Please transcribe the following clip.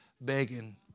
begging